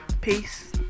Peace